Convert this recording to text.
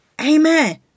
Amen